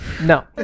No